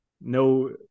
no